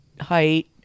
height